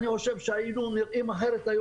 אני חושב שהיינו נראים אחרת היום.